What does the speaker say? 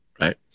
right